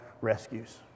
rescues